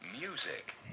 Music